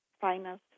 final